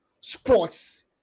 sports